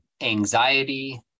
anxiety